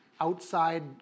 outside